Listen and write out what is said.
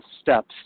steps